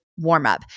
warmup